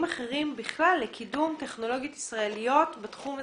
אחרים בכלל לקידום טכנולוגיות ישראליות בתחום הזה,